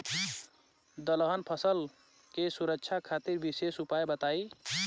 दलहन फसल के सुरक्षा खातिर विशेष उपाय बताई?